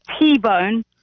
T-Bone